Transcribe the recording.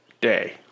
day